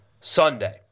Sunday